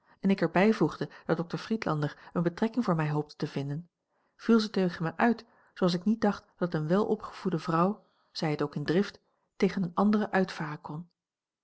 en ik er bijvoegde dat dokter friedlander eene betrekking voor mij hoopte te vinden viel zij tegen mij uit zooals ik niet dacht dat eene welopgevoede vrouw zij het ook in drift tegen eene andere uitvaren kon